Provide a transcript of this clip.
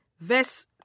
Verse